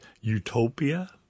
Utopia